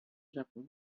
japão